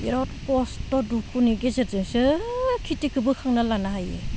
बिराद खस्थ' दुखुनि गेजेरजोंसो खिथिखो बोखांना लानो हायो